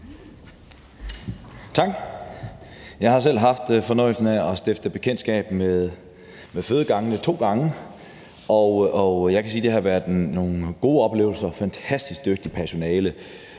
Tak. Jeg har selv to gange haft fornøjelsen af at stifte bekendtskab med en fødegang, og jeg kan sige, det har været nogle gode oplevelser og et fantastisk dygtigt personale.